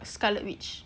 scarlet witch